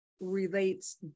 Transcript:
relates